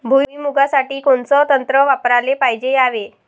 भुइमुगा साठी कोनचं तंत्र वापराले पायजे यावे?